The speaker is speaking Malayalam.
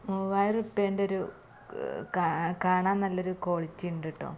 മൂവായിരം റുപ്യന്റെ ഒരു കാണാന് നല്ല ഒരു ക്വളിറ്റി ഉണ്ട് കേട്ടോ